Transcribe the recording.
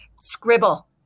scribble